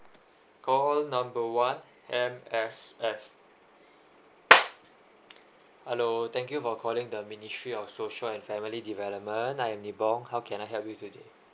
call number one M_S_F hello thank you for calling the ministry of social and family development I am li bong how can I help you today